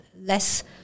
less